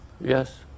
Yes